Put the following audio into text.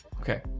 okay